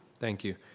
thank you.